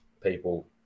people